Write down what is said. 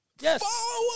Yes